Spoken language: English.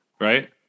Right